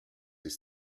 ses